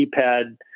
keypad